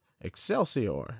Excelsior